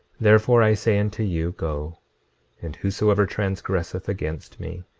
therefore i say unto you, go and whosoever transgresseth against me,